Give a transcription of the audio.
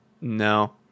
No